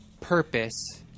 purpose